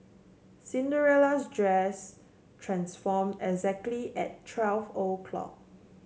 Cinderella's dress transform exactly at twelve o'clock